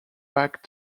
back